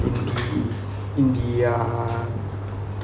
in the in the uh